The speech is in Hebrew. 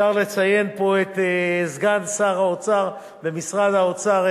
אפשר לציין פה את סגן שר האוצר במשרד האוצר,